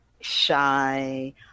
shy